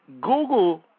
Google –